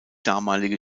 damalige